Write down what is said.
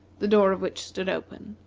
the door of which stood open.